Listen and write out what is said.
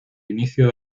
inicio